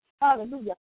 hallelujah